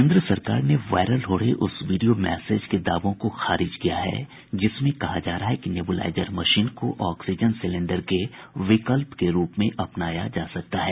केन्द्र सरकार ने वायरल हो रहे उस वीडियो मैसेज के दावों को खारिज किया है जिसमें कहा जा रहा है कि नेबुलाईजर मशीन को ऑक्सीजन सिलेंडर के विकल्प के रूप में अपनाया जा सकता है